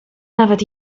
nawet